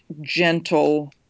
gentle